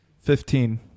Fifteen